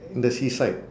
in the seaside